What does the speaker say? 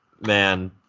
man